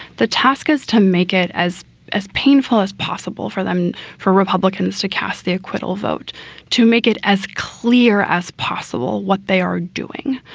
the task is to make it as as painful as possible for them. for republicans to cast the acquittal vote to make it as clear as possible what they are doing.